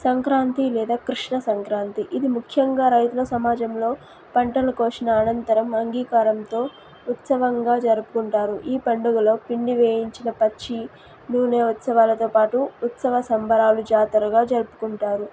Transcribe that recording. సంక్రాంతి లేదా కృష్ణ సంక్రాంతి ఇది ముఖ్యంగా రైతుల సమాజంలో పంటల కోసిన అనంతరం అంగీకారంతో ఉత్సవంగా జరుపుకుంటారు ఈ పండుగలో పిండి వేయించిన పచ్చి నూనె ఉత్సవాలతో పాటు ఉత్సవ సంబరాలు జాతరగా జరుపుకుంటారు